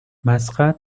مسقط